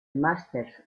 masters